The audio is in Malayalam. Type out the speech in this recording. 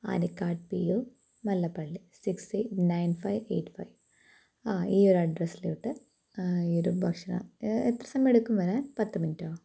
Anikkad P O Vallapally six eight nine five eight five ആ ഈ ഒരു അഡ്രസ്സിലോട്ട് ഈ ഒരു ഭക്ഷണം എത്ര സമയം എടുക്കും വരാൻ പത്ത് മിനിറ്റോ